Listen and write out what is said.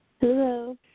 Hello